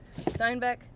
Steinbeck